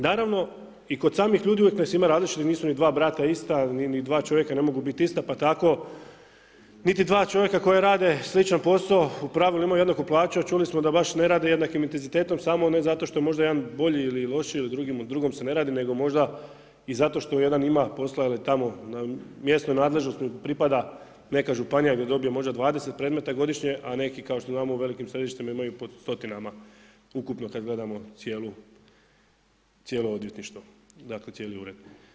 Naravno i kod samih ljudi uvijek … različito, nisu ni dva brata ista ni dva čovjeka ne mogu biti ista pa tako niti dva čovjeka koja rade sličan posao u pravilu imaju jednaku plaću, a čuli smo da baš ne rade jednakim intenzitetom samo ne zato što možda jedan bolji ili lošiji, o drugom se ne radi, nego možda i zato što jedan ima posla jer je tamo na mjesnoj nadležnosti pripada neka županija gdje dobije možda 20 predmeta godišnje, a neki, kao što znamo, u velikim središtima imaju pod stotinama ukupno kad gledamo cijelo odvjetništvo, dakle, cijeli ured.